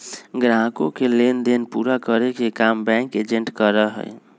ग्राहकों के लेन देन पूरा करे के काम बैंक एजेंट करा हई